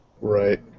Right